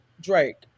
Drake